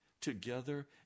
together